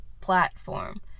platform